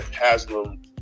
Haslam